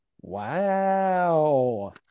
wow